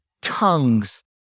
tongues